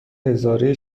هزاره